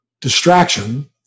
distraction